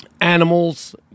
animals